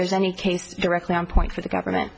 there's any case directly on point for the government